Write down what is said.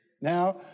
Now